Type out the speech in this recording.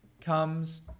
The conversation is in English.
comes